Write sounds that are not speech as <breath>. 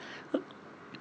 <breath>